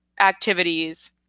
activities